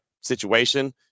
situation